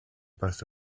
both